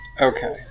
Okay